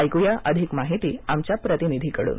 ऐकूया अधिक माहिती आमच्या प्रतिनिधीकडून